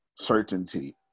certainty